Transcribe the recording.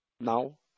Now